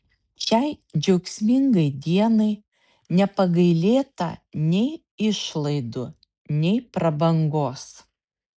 šiai džiaugsmingai dienai nepagailėta nei išlaidų nei prabangos